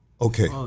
Okay